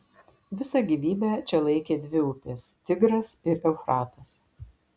visą gyvybę čia laikė dvi upės tigras ir eufratas